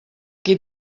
qui